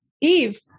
Eve